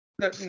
no